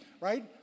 right